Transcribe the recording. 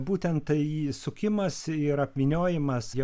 būtent į sukimas ir apvyniojimas jau